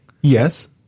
Yes